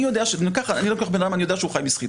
אני לוקח בן אדם ואני יודע שהוא חי מסחיטות,